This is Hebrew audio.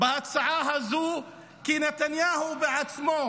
בהצעה הזאת, שנתניהו בעצמו,